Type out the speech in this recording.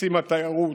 חצי מהתיירות,